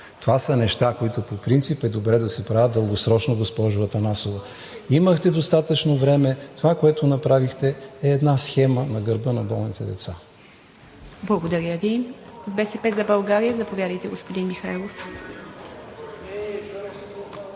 Това са неща, които по принцип е добре да се правят дългосрочно, госпожо Атанасова. Имахте достатъчно време. Това, което направихте, е една схема на гърба на болните деца. ПРЕДСЕДАТЕЛ ИВА МИТЕВА: Благодаря Ви. От „БСП за България“? Заповядайте, господин Михайлов.